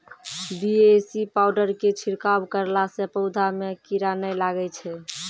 BAC powder के छिड़काव करला से पौधा मे कीड़ा नैय लागै छै?